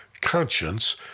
conscience